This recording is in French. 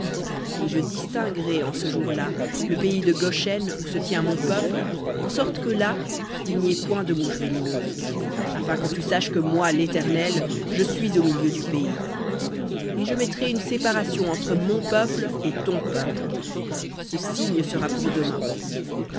et je distinguerai en ce jour-là le pays de goshen où se tient mon peuple en sorte que là il n'y ait point de mouches venimeuses afin que tu saches que moi l'éternel je suis au milieu du pays et je mettrai une séparation entre mon peuple et ton peuple ce signe sera pour demain